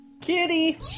Kitty